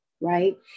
right